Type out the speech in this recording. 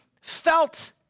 felt